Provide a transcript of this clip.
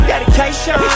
Dedication